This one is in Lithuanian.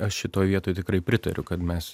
aš šitoje vietoj tikrai pritariu kad mes